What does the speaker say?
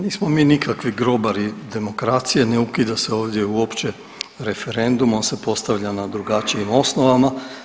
Nismo mi nikakvi grobari demokracije, ne ukida se ovdje uopće referendum, on se postavlja na drugačijim osnovama.